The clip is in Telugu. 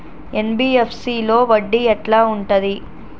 ఎన్.బి.ఎఫ్.సి లో వడ్డీ ఎట్లా ఉంటది?